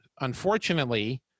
Unfortunately